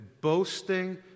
boasting